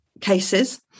cases